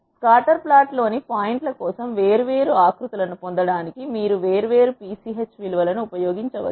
scatter ప్లాట్లోని పాయింట్ల కోసం వేర్వేరు ఆకృతులను పొందడానికి మీరు వేర్వేరు pch విలువ లను ఉపయోగించవచ్చు